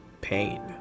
pain